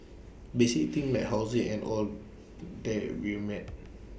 basic things like housing and all that were met